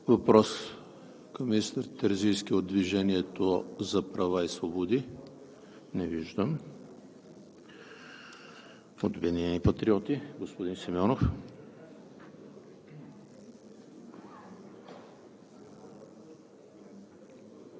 уважаеми господин Министър. Въпрос към министър Терзийски от "Движението за права и свободи"? Не виждам. От „Обединени патриоти“? Господин Симеонов.